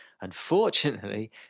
Unfortunately